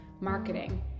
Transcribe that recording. marketing